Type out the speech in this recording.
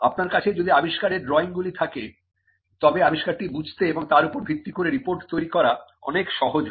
আপনার কাছে যদি আবিষ্কারের ড্রইংগুলি থাকে তবে আবিষ্কারটি বুঝতে এবং তার উপর ভিত্তি করে রিপোর্ট তৈরি করা অনেক সহজ হয়